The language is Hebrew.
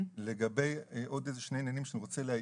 יש עוד שני עניינים שאני רוצה להאיר: